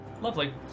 Lovely